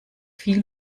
viel